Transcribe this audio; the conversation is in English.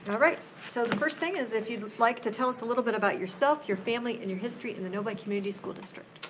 all right, so the first thing is, if you'd like to tell us a little bit about yourself, your family and your history in the novi community school district,